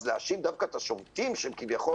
אז להאשים דווקא את השובתים שהם כביכול